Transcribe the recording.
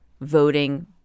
voting